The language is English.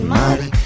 money